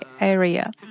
area